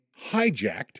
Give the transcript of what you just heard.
hijacked